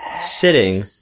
sitting